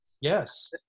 yes